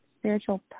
spiritual